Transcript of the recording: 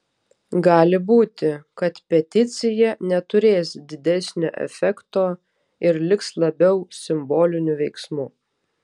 gali būti kad peticija neturės didesnio efekto ir liks labiau simboliniu veiksmu